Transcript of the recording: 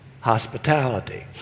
hospitality